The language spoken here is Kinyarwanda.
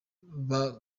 bakemeza